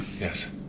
Yes